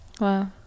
Wow